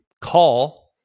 call